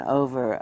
over